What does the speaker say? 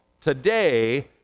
today